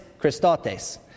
Christotes